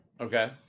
Okay